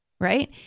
right